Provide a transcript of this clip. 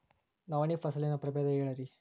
ನವಣಿ ಫಸಲಿನ ಪ್ರಭೇದ ಹೇಳಿರಿ